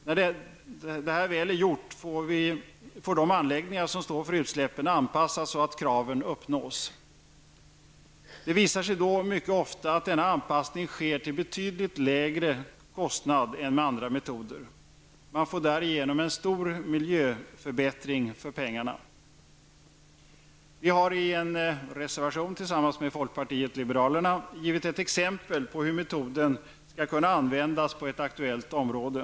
När detta väl är gjort får de anläggningar som står för utsläppen anpassas så att kraven uppnås. Det visar sig då mycket ofta att denna anpassing sker till en betydligt lägre kostnad än med andra metoder. Man får därigenom en stor miljöförbättring för pengarna. Vi har i en reservation tillsammans med folkpartet liberalerna givit ett exempel på hur metoden skall kunna användas på ett aktuellt område.